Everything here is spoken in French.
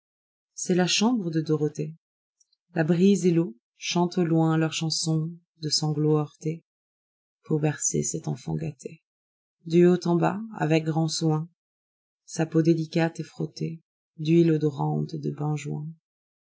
c'est la chambre de dorothée la brise et l'eau chantent au loinleur chanson de sanglots heurtéepour bercer cette enfant gâtée du haut en bas avec grand som sa peau délicate est frottéed'huile odorante et de